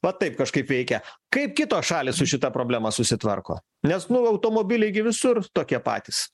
va taip kažkaip veikia kaip kitos šalys su šita problema susitvarko nes nu automobiliai gi visur tokie patys